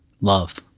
Love